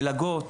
מלגות.